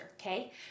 okay